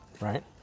right